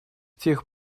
тех